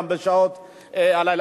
גם בשעות הלילה,